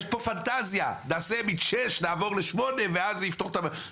יש פה פנטזיה: נעבור משישה לשמונה ואז זה יפתור את הבעיה.